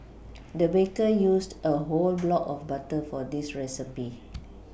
the baker used a whole block of butter for this recipe